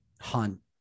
Hunt